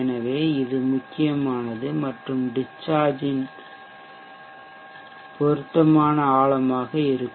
எனவே இது முக்கியமானது மற்றும் டிஷ்சார்ஜ்ஜின் பொருத்தமான ஆழமுமாக இருக்கும்